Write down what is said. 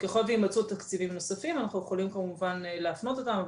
ככל ויימצאו תקציבים נוספים אנחנו יכולים כמובן להפנות אותם,